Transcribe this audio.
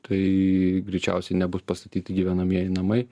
tai greičiausiai nebus pastatyti gyvenamieji namai